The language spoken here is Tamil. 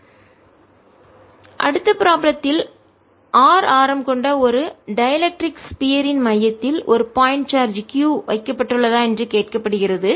rr Pr3 14π0 r3× 4π3R3P P30 அடுத்த ப்ராப்ளம் த்தில் R ஆரம் கொண்ட ஒரு டைஎலெக்ட்ரிக் ஸ்பியர் இன் மின்கடத்தா கோளத்தின் மையத்தில் ஒரு பாயிண்ட் சார்ஜ் q வைக்கப்பட்டுள்ளதா என்று கேட்கப்படுகிறது